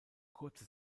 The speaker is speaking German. kurze